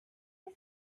you